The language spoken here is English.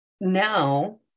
now